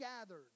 gathered